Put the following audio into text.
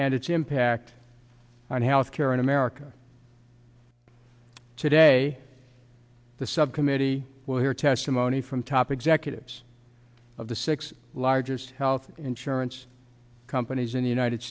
and its impact on health care in america today the subcommittee will hear testimony from top executives of the six largest health insurance companies in the united